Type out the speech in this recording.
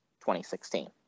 2016